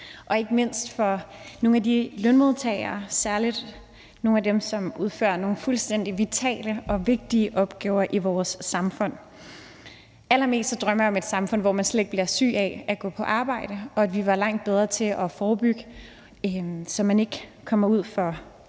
– ikke mindst særlig for nogle af de lønmodtagere, som udfører nogle fuldstændig vitale og vigtige opgaver i vores samfund. Allermest drømmer jeg om et samfund, hvor man slet ikke bliver syg af at gå på arbejde, og om, at vi var langt bedre til at forebygge, så man ikke kommer ud for arbejdsskader